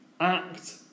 act